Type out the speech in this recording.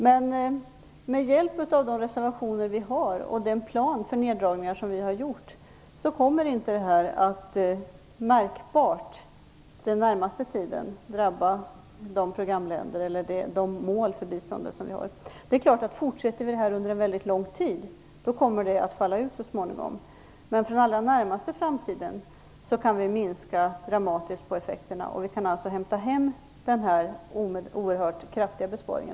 Men med hjälp av de reservationer som vi har och med den plan för neddragningar som vi har utarbetat kommer inte detta att märkbart drabba de programländer och de mål för biståndet som vi har under den närmaste tiden. Det är klart att om neddragningen fortsätter under väldigt lång tid då kommer den så småningom att bli permanent. Men under den allra närmaste framtiden kan vi minska dramatiskt på effekterna. Vi kan alltså hämta hem denna oerhört kraftiga besparing.